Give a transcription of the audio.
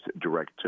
direct